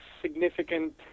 significant